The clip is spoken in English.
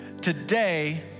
Today